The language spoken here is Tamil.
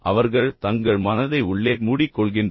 அவர்கள் தங்கள் மனதை உள்ளே மூடிக் கொள்கின்றனர்